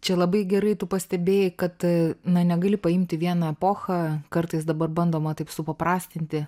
čia labai gerai tu pastebėjai kad na negali paimti vieną epochą kartais dabar bandoma taip supaprastinti